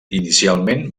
inicialment